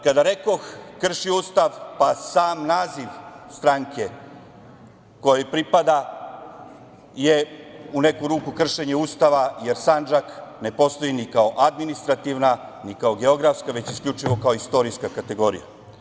Kada rekoh – krši Ustav, pa sam naziv stranke kojoj pripada je u neku ruku kršenje Ustava, jer Sandžak ne postoji ni kao administrativna, ni kao geografska, već isključivo kao istorijska kategorija.